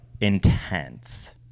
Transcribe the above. intense